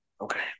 okay